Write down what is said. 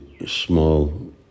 small